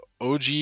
OG